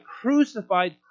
crucified